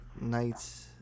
Nights